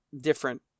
different